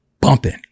bumping